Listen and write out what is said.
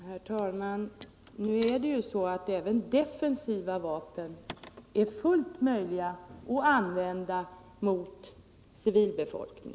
Herr talman! Men det är ju så att även defensiva vapen är fullt möjliga att använda mol en civilbefolkning.